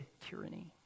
tyranny